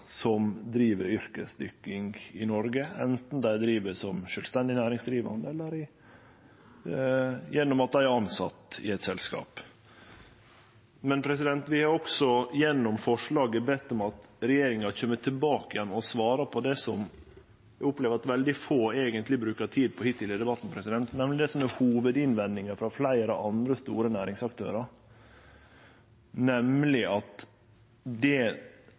som driv yrkesdykking i Noreg, anten dei driv som sjølvstendig næringsdrivande eller gjennom at dei er tilsette i eit selskap. Men vi har også gjennom forslaget bedt om at regjeringa kjem tilbake og svarer på det som eg opplever at veldig få eigentleg bruker tid på hittil i debatten, nemleg det som er hovudinnvendinga frå fleire andre store næringsaktørar, at det